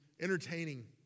entertaining